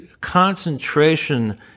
concentration